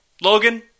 Logan